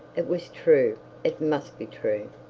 it was true it must be true.